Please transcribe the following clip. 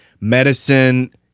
medicine